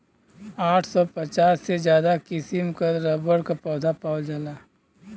आठ सौ पचास से ज्यादा किसिम क रबर क पौधा पावल जाला